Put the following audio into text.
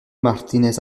martínez